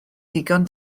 ddigon